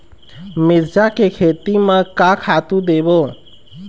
मिरचा के खेती म का खातू देबो?